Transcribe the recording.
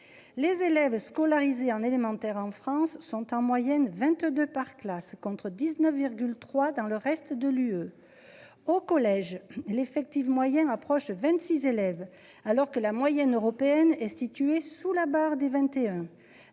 Les élèves scolarisés en élémentaire en France sont en moyenne 22 par classe contre 19,3 dans le reste de l'UE. Au collège, l'effectif moyen approche 26 élèves alors que la moyenne européenne est situé sous la barre des 21.